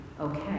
okay